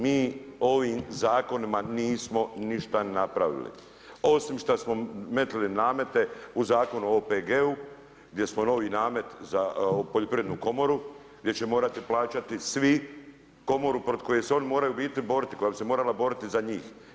Mi ovim zakonima nismo ništa napravili, osim što smo metnuli namete o Zakonu o OPG-u, gdje smo novi namet, za poljoprivrednu komoru, gdje će morati plaćati svi, komoru, protiv koje se oni moraju u biti borati, koja bi se morala boriti za njih.